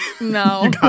No